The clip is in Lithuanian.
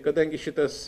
kadangi šitas